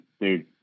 dude